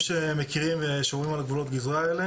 שמכירים ושומרים על גבולות הגזרה אלה